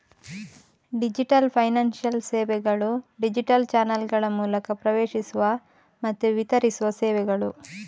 digital financial ಸೇವೆಗಳು digital ಚಾನಲ್ಗಳ ಮೂಲಕ ಪ್ರವೇಶಿಸುವ ಮತ್ತೆ ವಿತರಿಸುವ ಸೇವೆಗಳು